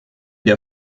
der